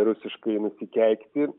rusiškai nusikeikti